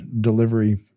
delivery